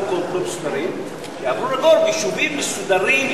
לעבור לגור ביישובים מסודרים,